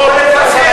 לפצל את החוק.